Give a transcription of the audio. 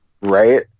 Right